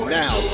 now